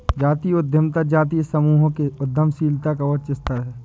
जातीय उद्यमिता जातीय समूहों के उद्यमशीलता का उच्च स्तर है